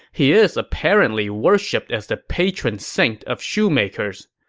he is apparently worshipped as the patron saint of shoemakers.